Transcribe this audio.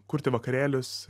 kurti vakarėlius